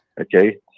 okay